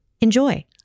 Enjoy